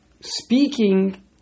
speaking